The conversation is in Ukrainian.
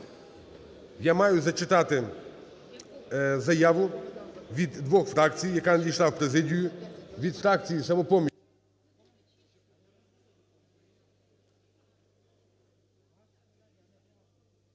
я маю зачитати заяву від двох фракцій, яка надійшла в президію, від фракції "Самопоміч"…